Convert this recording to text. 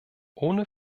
ohne